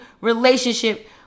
relationship